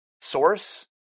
source